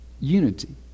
Unity